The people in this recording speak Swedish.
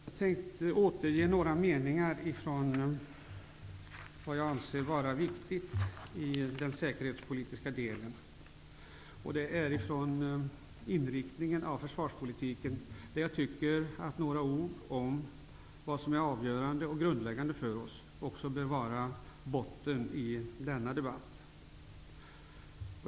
Jag vill återge några meningar som jag anser vara viktiga i propositionens säkerhetspolitiska avsnitt. Dessa rader, som gäller inriktningen av försvarspolitiken, speglar det som är grundläggande och avgörande för oss och bör vara utgångspunkten också för denna debatt.